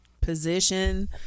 position